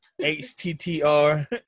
H-T-T-R